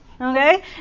Okay